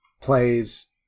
plays